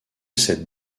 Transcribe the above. cette